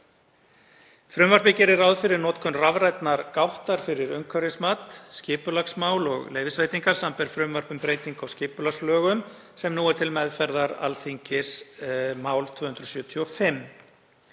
Frumvarpið gerir ráð fyrir notkun rafrænnar gáttar fyrir umhverfismat, skipulagsmál og leyfisveitingar, samanber frumvarp um breytingu á skipulagslögum sem nú er til meðferðar Alþingis, 275.